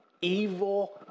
evil